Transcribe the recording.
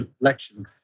election